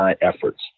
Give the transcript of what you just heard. efforts